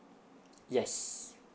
yes